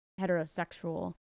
heterosexual